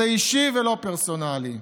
זה אישי ולא פרסונלי.